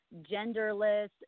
genderless